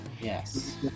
Yes